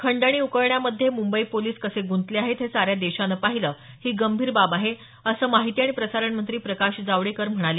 खंडणी उकळण्यामधे मुंबई पोलीस कसे गुंतले आहेत हे साऱ्या देशानं पाहिलं ही गंभीर बाब आहे असं माहिती आणि प्रसारण मंत्री प्रकाश जावडेकर म्हणाले